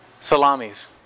Salamis